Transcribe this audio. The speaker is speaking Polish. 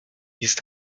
jest